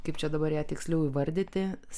kaip čia dabar ją tiksliau įvardyti